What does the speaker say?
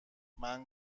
منم